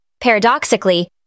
paradoxically